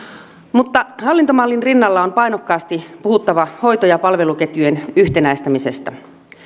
mutta hallintomallin rinnalla on painokkaasti puhuttava hoito ja palveluketjujen yhtenäistämisestä